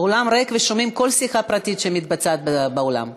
האולם ריק, ושומעים כל שיחה פרטית שמתבצעת באולם.